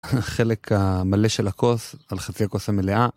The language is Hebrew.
החלק המלא של הכוס. על חצי הכוס המלאה.